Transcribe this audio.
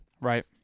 Right